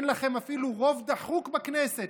אין לכם אפילו רוב דחוק בכנסת,